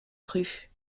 rue